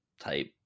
type